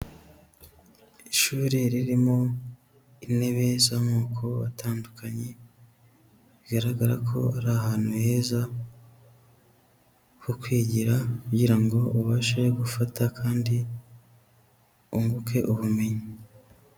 Ishuri ririmo intebe z'amoko atandukanye, bigaragara ko ari ahantu heza ho kwigira kugira ngo ubashe gufata kandi wunguke ubumenyi.